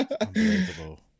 unbelievable